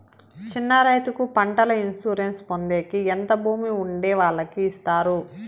చిన్న రైతుకు పంటల ఇన్సూరెన్సు పొందేకి ఎంత భూమి ఉండే వాళ్ళకి ఇస్తారు?